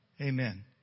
Amen